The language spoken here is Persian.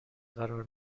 قرار